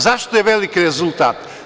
Zašto je veliki rezultat?